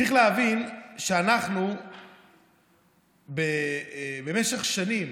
צריך להבין שאנחנו במשך שנים,